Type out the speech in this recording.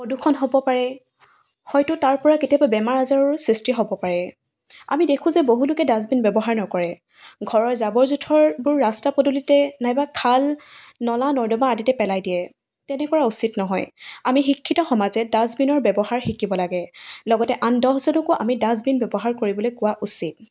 প্ৰদূষণ হ'ব পাৰে হয়তো তাৰপৰা কেতিয়াবা বেমাৰ আজাৰৰো সৃষ্টি হ'ব পাৰে আমি দেখো যে বহু লোকে ডাষ্টবিন ব্যৱহাৰ নকৰে ঘৰৰ জাবৰ জোঁথৰবোৰ ৰাস্তা পদূলিতে নাইবা খাল নলা নৰ্দমা আদিতে পেলাই দিয়ে তেনে কৰা উচিত নহয় আমি শিক্ষিত সমাজে ডাষ্টবিনৰ ব্যৱহাৰ শিকিব লাগে লগতে আন দহজনকো আমি ডাষ্টবিন ব্যৱহাৰ কৰিবলৈ কোৱা উচিত